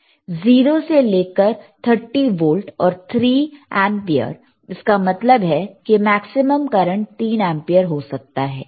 0 से लेकर 30 वोल्ट और 3 एंपियर इसका मतलब यह है कि मैक्सिमम करंट 3 एंपियर हो सकता है